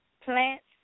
plants